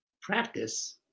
practice